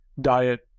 diet